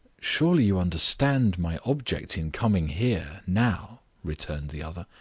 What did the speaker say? surely you understand my object in coming here, now? returned the other.